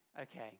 Okay